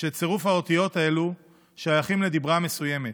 שצירוף האותיות האלו שייך לדיבר מסוים.